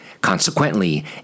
Consequently